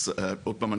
עוד פעם,